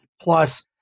plus